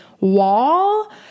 wall